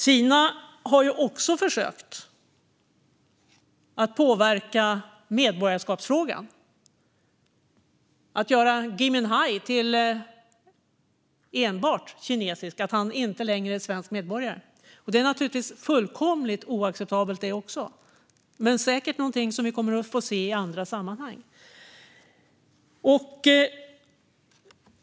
Kina har också försökt påverka medborgarskapsfrågan genom att göra Gui Minhai till enbart kinesisk och inte längre svensk medborgare. Också det är naturligtvis fullkomligt oacceptabelt, men det är något vi säkert kommer att få se i andra sammanhang.